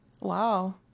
Wow